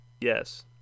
Yes